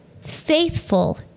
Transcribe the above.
Faithful